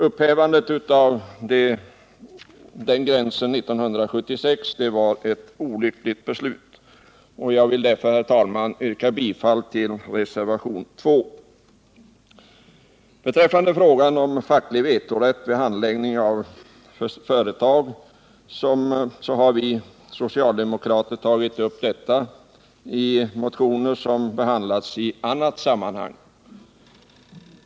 Upphävandet av den gränsen 1976 var ett olyckligt beslut, och jag vill därför, herr talman, yrka bifall till reservationen 2. Frågan om facklig vetorätt mot nedläggning av företag har vi socialdemokrater tagit upp i motioner som behandlats i annat sammanhang.